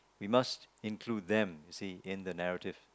we must include them you see in the narrative